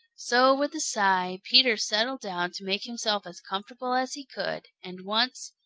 so with a sigh peter settled down to make himself as comfortable as he could, and once,